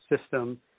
system